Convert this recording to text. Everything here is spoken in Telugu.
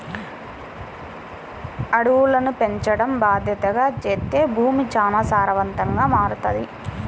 అడవులను పెంచడం బాద్దెతగా చేత్తే భూమి చానా సారవంతంగా మారతది